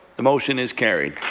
the motion is carried.